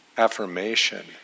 Affirmation